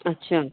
अच्छा